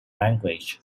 language